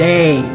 Day